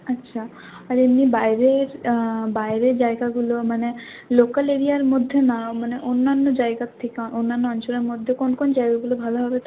আচ্ছা আর এমনি বাইরের বাইরে জায়গাগুলো মানে লোকাল এরিয়ার মধ্যে না মানে অন্যান্য জায়গার থেকে অন্যান্য অঞ্চলের মধ্যে কোন কোন জায়গাগুলো ভালো হবে তাও